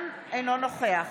אינו נוכח